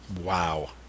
Wow